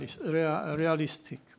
realistic